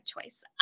choice